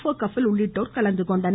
per Kapil உள்ளிட்டோர் கலந்து கொண்டனர்